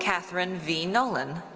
kathryn v. nolan.